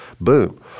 Boom